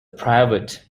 private